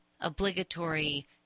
obligatory